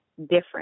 different